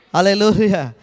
Hallelujah